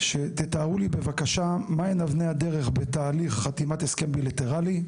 שתתארו לי בבקשה מה הן אבני הדרך בתהליך יצירת הסכם בילטרלי,